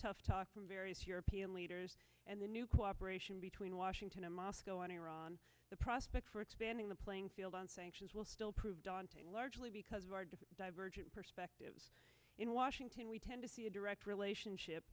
tough talk from various european leaders and the new cooperation between washington and moscow on iran the prospect for expanding the playing field on sanctions will still prove daunting largely because of our different divergent perspectives in washington we tend to see a direct relationship